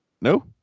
No